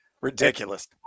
Ridiculous